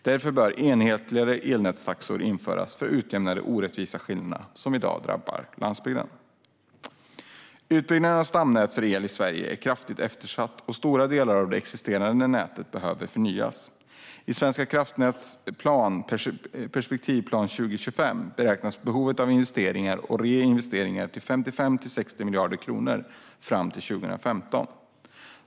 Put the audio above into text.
Därför bör enhetligare elnätstaxor införas för att utjämna de orättvisa skillnader som i dag drabbar landsbygden. Utbyggnaden av stamnät för el i Sverige är kraftigt eftersatt, och stora delar av det existerande nätet behöver förnyas. I Svenska kraftnäts perspektivplan 2025 beräknas behovet av investeringar och reinvesteringar uppgå till 55-60 miljarder kronor fram till 2025.